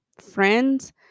Friends